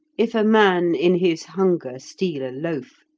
if a man in his hunger steal a loaf,